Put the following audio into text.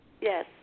Yes